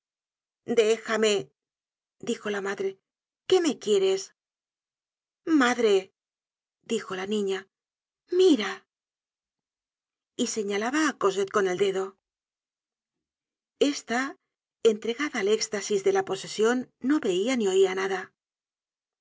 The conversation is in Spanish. déjame dijo la madre qué me quieres madre dijo la niña mira y señalaba á cosette con el dedo esta entregada al éxtasis de la posesion no veia ni oia nada